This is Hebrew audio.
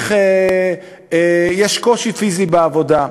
ויש קושי פיזי בעבודה.